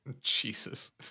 jesus